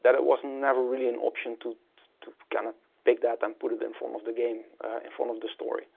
that it was never really an option to to kind of take that and put it in form of the game in form of the story.